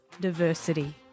diversity